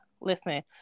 listen